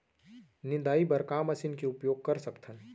निंदाई बर का मशीन के उपयोग कर सकथन?